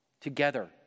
Together